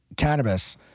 cannabis